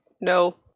no